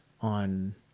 on